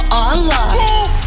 online